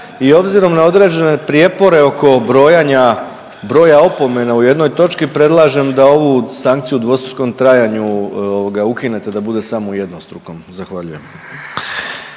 obzirom na određene prijepore oko brojana broja opomena u jednoj točki predlažem da ovu sankciju u dvostrukom trajanju ukinute da bude samo u jednostrukom. Zahvaljujem.